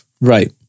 Right